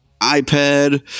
iPad